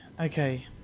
Okay